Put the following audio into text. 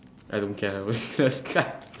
I don't care I'm only last card